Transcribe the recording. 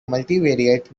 multivariate